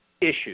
issues